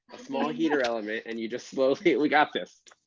a small heater element. and you just slowly we got this.